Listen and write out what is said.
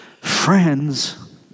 Friends